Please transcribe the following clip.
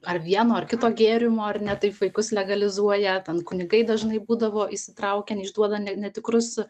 ar vieno ar kito gėrimo ar ne taip vaikus legalizuoja ten kunigai dažnai būdavo įsitraukę ane išduoda ne netikrus